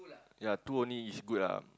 ya two only is good ah